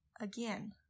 again